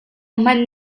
hmanh